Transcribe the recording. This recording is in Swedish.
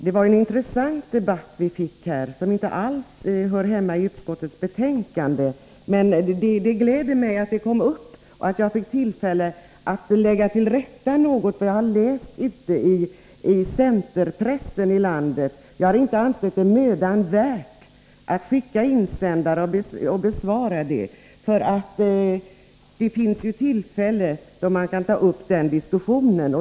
Det var en intressant debatt vi fick här, som inte alls hör hemma i utskottsbetänkandet, men det gläder mig att den kom upp och att jag fick tillfälle att rätta till något jag har läst i centerpressen ute i landet. Jag har inte ansett det vara mödan värt att skicka in insändare och bemöta det, för det finns ju tillfällen då man kan ta upp den diskussionen.